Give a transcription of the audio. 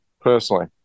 personally